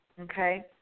Okay